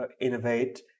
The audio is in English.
innovate